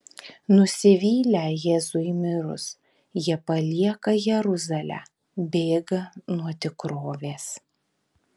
nusivylę jėzui mirus jie palieka jeruzalę bėga nuo tikrovės